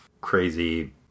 Crazy